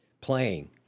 playing